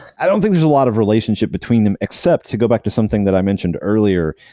i don't think there's a lot of relationship between them, except to go back to something that i mentioned earlier.